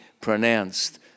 pronounced